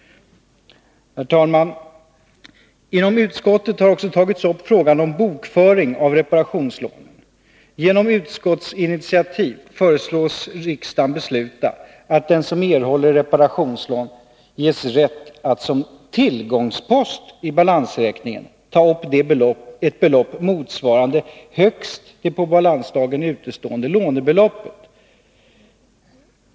Herr talman! Inom utskottet har tagits upp frågan om bokföring av reparationslånen. Genom utskottsinitiativ föreslås riksdagen besluta att den som erhåller reparationslån ges rätt att som tillgångspost i balansräkningen ta upp ett belopp motsvarande högst det på balansdagen utestående lånebeloppet.